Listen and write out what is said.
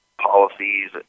policies